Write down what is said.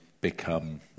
become